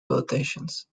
quotations